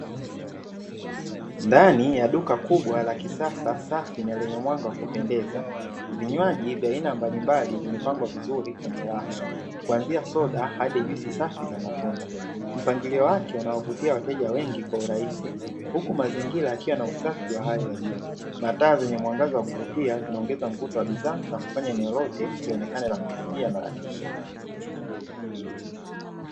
Ndani ya duka kubwa la kisasa, safi na lenye mwanga wa kupendeza, vinywaji vya aina mbalimbali vimepangwa vizuri kwenye rafu kuanzia soda hadi juisi safi za matunda, mpangilio wake unawavutia wateja wengi kwa urahisi huku mazingira yakiwa na usafi wa hali ya juu na taa zenye mwangaza wa kuvutia zinaongeza mvuto wa bidhaa na kufanya eneo lote lionekane la kuvutia na la kisasa.